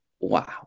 wow